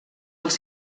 els